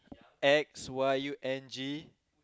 X Y U N G